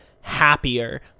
happier